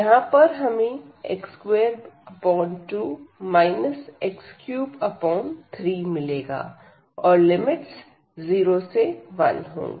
यहां पर हमें x22 x33मिलेगा और लिमिट्स 0 से 1 होंगी